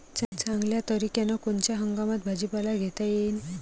चांगल्या तरीक्यानं कोनच्या हंगामात भाजीपाला घेता येईन?